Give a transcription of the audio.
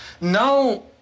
Now